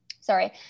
sorry